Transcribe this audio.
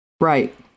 Right